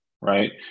right